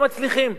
לא מצליחים.